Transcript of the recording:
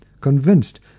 convinced